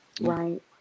right